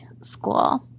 school